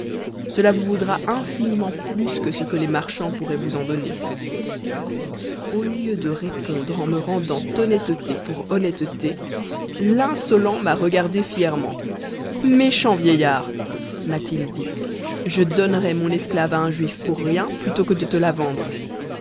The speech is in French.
cela vous vaudra infiniment plus que ce que tes marchands pou raient vous en donner au lieu de répondre en me rendant honnêteté pour honnêteté l'inso lent m'a regarde fièrement méchant vieillard m'a-t-il dit je donnerais mon esclave à un juif pour rien plutôt que de te la vendre